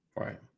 Right